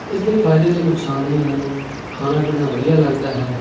ਇਸ ਦੇ ਫਾਇਦੇ ਅਤੇ ਨੁਕਸਾਨ ਵੀ ਹਨ ਖਾਣਾ ਪੀਣਾ ਵਧੀਆ ਲੱਗਦਾ ਹੈ